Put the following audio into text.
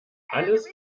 alles